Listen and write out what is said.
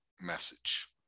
message